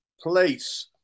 place